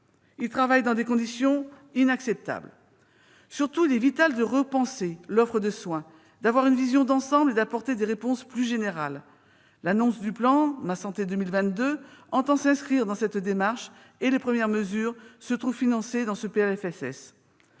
travaillent dans des conditions inacceptables. Surtout, il est vital de repenser l'offre de soins, d'avoir une vision d'ensemble et d'apporter des réponses plus générales. Le plan « Ma santé 2022 », dont les premières mesures sont financées dans ce PLFSS,